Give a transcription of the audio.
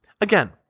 again